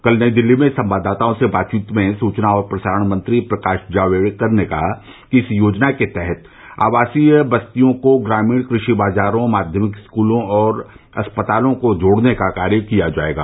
कल नई दिल्ली में संवाददाताओं से बातचीत में सूचना और प्रसारण मंत्री प्रकाश जावड़ेकर ने कहा कि इस योजना के तहत आवासीय बस्तियों को ग्रामीण कृषि बाजारों माध्यमिक स्कूलों और अस्पतालों को जोड़ने का कार्य किया जाएगा